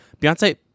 Beyonce